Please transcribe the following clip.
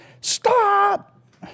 Stop